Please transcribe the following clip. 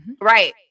Right